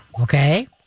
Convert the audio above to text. Okay